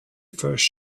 first